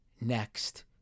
next